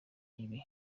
ibi